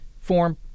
form